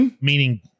meaning